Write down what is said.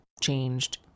changed